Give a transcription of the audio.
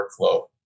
workflow